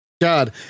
god